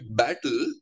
battle